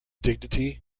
dignity